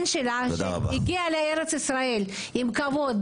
הבן שלא הגיע לארץ ישראל עם כבוד,